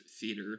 theater